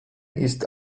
ist